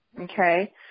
Okay